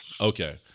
Okay